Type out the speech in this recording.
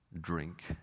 drink